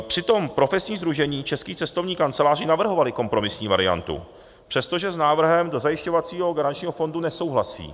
Přitom profesní sdružení českých cestovních kanceláří navrhovala kompromisní variantu, přestože s návrhem dozajišťovacího garančního fondu nesouhlasí.